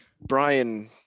Brian